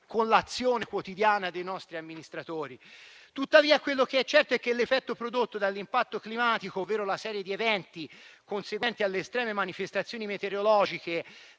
con l'azione quotidiana dei nostri amministratori. È tuttavia certo l'effetto prodotto dall'impatto climatico, ovvero la serie di eventi conseguenti alle estreme manifestazioni meteorologiche,